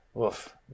oof